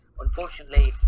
unfortunately